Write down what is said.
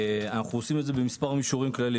אנחנו עושים את זה במספר מישורים כלליים